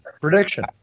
Prediction